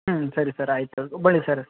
ಹ್ಞೂ ಸರಿ ಸರ್ ಆಯಿತು ಬಳ್ಳಿ ಸರ್